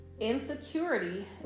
Insecurity